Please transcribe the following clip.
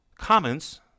comments